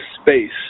space